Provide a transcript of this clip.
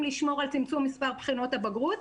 לשמור על צמצום מספר בחינות הבגרות.